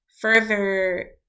further